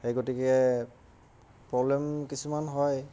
সেই গতিকে প্ৰব্লেম কিছুমান হয়